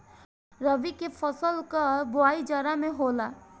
रबी के फसल कअ बोआई जाड़ा में होला